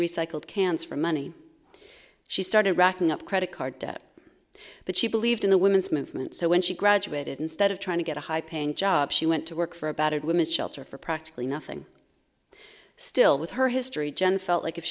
recycled cans for money she started racking up credit card debt but she believed in the women's movement so when she graduated instead of trying to get a high paying job she went to work for a battered women's shelter for practically nothing still with her history jen felt like if